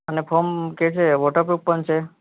અને ફોન કહે છે વૉટર પ્રૂફ પણ છે